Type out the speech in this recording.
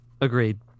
Agreed